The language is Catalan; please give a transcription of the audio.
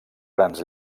grans